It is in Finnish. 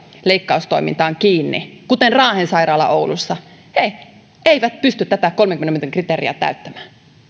leikkaustoimintaan kiinni kuten raahen sairaala oulussa eivät pysty tätä kolmenkymmenen minuutin kriteeriä täyttämään